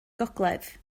gogledd